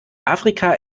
afrika